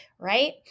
Right